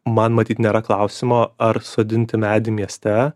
man matyt nėra klausimo ar sodinti medį mieste